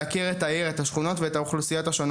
בהם יזכו התלמידים להכיר את השכונות ואת האוכלוסיות השונות.